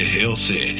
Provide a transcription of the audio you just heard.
healthy